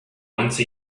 once